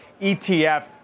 ETF